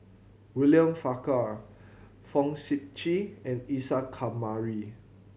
William Farquhar Fong Sip Chee and Isa Kamari